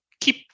keep